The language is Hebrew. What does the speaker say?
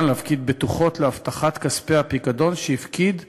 להפקיד בטוחות להבטחת כספי הפיקדון שהפקיד הדייר.